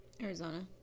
Arizona